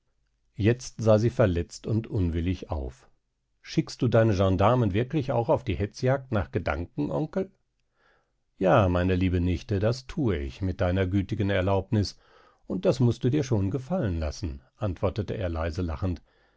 jetzt sah sie verletzt und unwillig auf schickst du deine gendarmen wirklich auch auf die hetzjagd nach gedanken onkel ja meine liebe nichte das thue ich mit deiner gütigen erlaubnis und das mußt du dir schon gefallen lassen antwortete er leise lachend